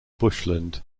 bushland